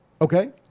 Okay